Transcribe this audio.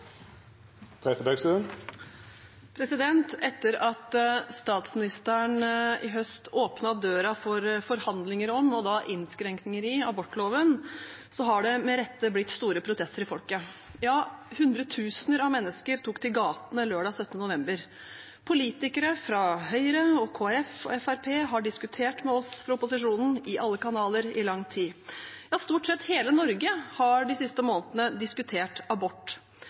vert replikkordskifte. Etter at statsministeren i høst åpnet døren for forhandlinger om, og da innskrenkninger i, abortloven, er det med rette blitt store protester i folket. Ja, hundretusener av mennesker tok til gatene lørdag 17. november. Politikere fra Høyre, Kristelig Folkeparti og Fremskrittspartiet har diskutert med oss fra opposisjonen i alle kanaler i lang tid – ja, stort sett hele Norge har de siste månedene diskutert abort,